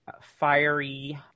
fiery